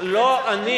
שופט זה ראוי?